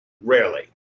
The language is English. rarely